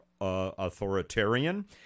authoritarian